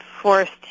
forced